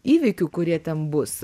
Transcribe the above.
įvykių kurie ten bus